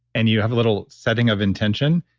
and you have a little setting of intention,